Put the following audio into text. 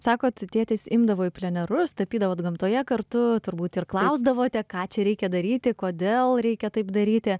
sakot tėtis imdavo į plenerus tapydavot gamtoje kartu turbūt ir klausdavote ką čia reikia daryti kodėl reikia taip daryti